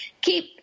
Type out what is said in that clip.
keep